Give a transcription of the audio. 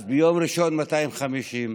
אז ביום ראשון, 250,